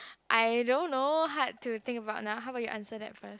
I don't know hard to think about now how about you answer that first